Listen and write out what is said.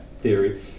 theory